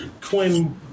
Quinn –